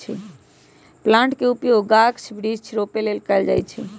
plant के उपयोग गाछ वृक्ष रोपे लेल कएल जाइ छइ